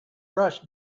rush